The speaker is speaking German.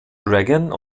reagan